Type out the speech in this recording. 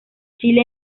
chile